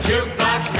Jukebox